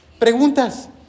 preguntas